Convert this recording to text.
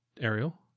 ariel